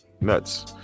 Nuts